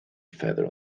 feather